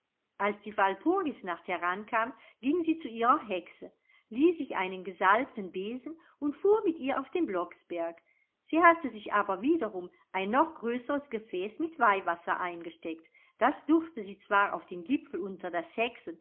als die walpurgisnacht herankam ging sie zu ihrer hexe lieh sich einen gesalbten besen und fuhr mit ihr auf den blocksberg sie hatte sich aber wiederum ein noch größeres gefäß mit weihwasser eingesteckt das durfte sie zwar auf den gipfel unter das